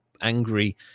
angry